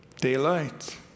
Daylight